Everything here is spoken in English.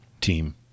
team